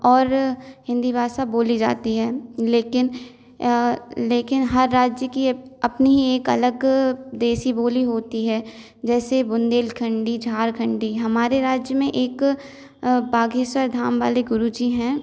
और हिंदी भाषा बोली जाती है लेकिन लेकिन हर राज्य की अपनी ही एक अलग देशी बोली होती है जैसे बुंदेलखंडी झारखंडी हमारे राज्य में एक बागेश्वर धाम वाले गुरु जी हैं